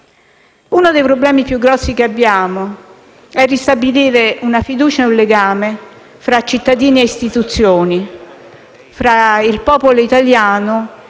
Uno dei problemi più grandi che abbiamo è ristabilire una fiducia, un legame tra cittadini e istituzioni, tra il popolo italiano